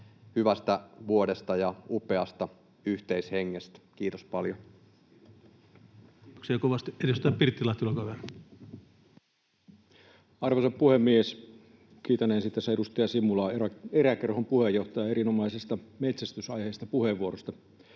hyvästä vuodesta ja upeasta yhteishengestä — kiitos paljon. Kiitoksia kovasti. — Edustaja Pirttilahti, olkaa hyvä. Arvoisa puhemies! Kiitän ensin tässä edustaja Simulaa, eräkerhon puheenjohtajaa, erinomaisesta metsästysaiheisesta puheenvuorosta.